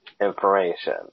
information